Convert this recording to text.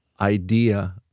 idea